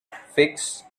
figs